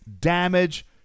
damage